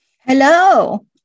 Hello